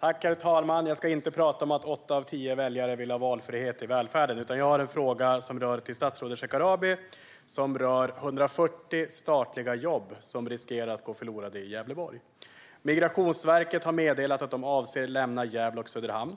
Herr talman! Jag ska inte tala om att åtta av tio väljare vill ha valfrihet i välfärden, utan jag har en fråga till statsrådet Shekarabi som rör 140 statliga jobb som riskerar att gå förlorade i Gävleborg. Migrationsverket har meddelat att de avser att lämna Gävle och Söderhamn.